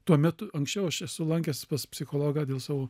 tuo metu anksčiau aš esu lankęsis pas psichologą dėl savo